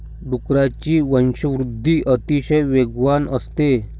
डुकरांची वंशवृद्धि अतिशय वेगवान असते